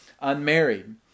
unmarried